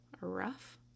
rough